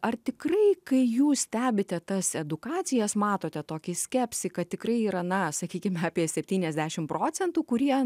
ar tikrai kai jūs stebite tas edukacijas matote tokį skepsį kad tikrai yra na sakykime apie septyniasdešim procentų kurie